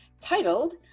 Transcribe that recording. Titled